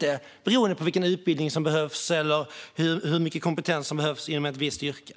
Det beror inte på vilken utbildning eller hur mycket kompetens som behövs inom ett visst yrke,